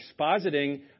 expositing